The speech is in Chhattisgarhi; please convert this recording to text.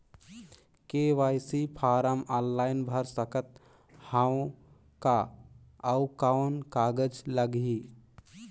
के.वाई.सी फारम ऑनलाइन भर सकत हवं का? अउ कौन कागज लगही?